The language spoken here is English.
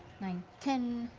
nine, ten.